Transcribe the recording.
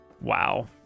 Wow